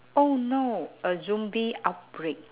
oh no a zombie outbreak